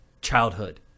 childhood